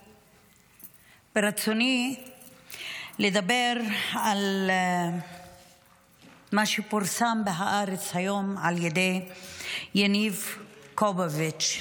ברצוני לדבר על מה שפורסם בהארץ היום על ידי יניב קובוביץ,